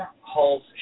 hall's